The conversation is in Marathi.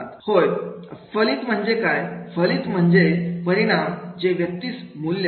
आहे फलित म्हणजे काय फलित फलित म्हणजे परिणाम जे व्यक्तीस मूल्य असते